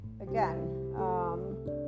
again